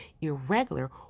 irregular